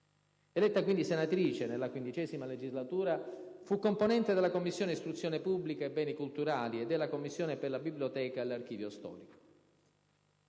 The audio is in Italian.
Eletta quindi senatrice nella XV legislatura, fu componente della Commissione istruzione pubblica e beni culturali e della Commissione per la biblioteca e l'archivio storico.